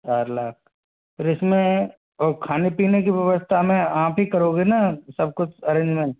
चार लाख पर इसमें और खाने पीने की व्यवस्था में आप ही करोगे ना सब कुछ अरैंजमेंट